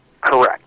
Correct